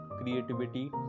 creativity